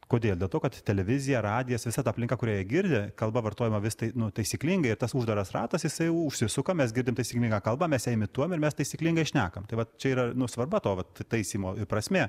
kodėl dėl to kad televizija radijas visa ta aplinka kurioje girdi kalba vartojama vis tai nu taisyklingai tas uždaras ratas jisai užsisuka mes girdim taisyklingą kalbą mes ją imituojam ir mes taisyklingai šnekam tai vat čia yra nu svarba to vat taisymo prasmė